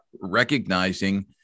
recognizing